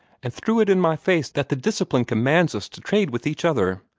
and threw it in my face that the discipline commands us to trade with each other.